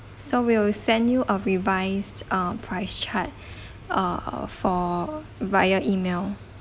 so we will send you a revised uh price chart err for via E-mail